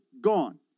Gone